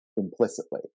implicitly